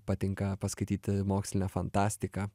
patinka paskaityti mokslinę fantastiką